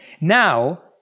Now